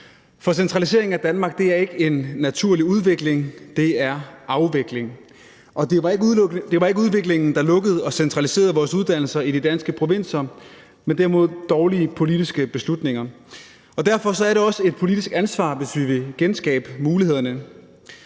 for centralisering af Danmark er ikke en naturlig udvikling, det er afvikling. Det var ikke udviklingen, der lukkede og centraliserede vores uddannelser i de danske provinser, men derimod dårlige politiske beslutninger. Derfor er det også et politisk ansvar, hvis vi vil genskabe mulighederne.